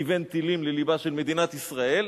כיוון טילים ללבה של מדינת ישראל.